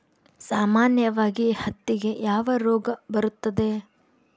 ಸಾಮಾನ್ಯವಾಗಿ ಹತ್ತಿಗೆ ಯಾವ ರೋಗ ಬರುತ್ತದೆ?